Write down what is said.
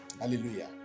hallelujah